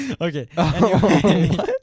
Okay